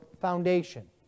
foundation